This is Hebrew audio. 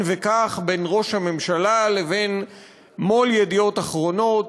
וקח בין ראש הממשלה לבין מו"ל "ידיעות אחרונות".